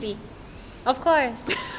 of course